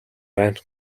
байна